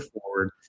forward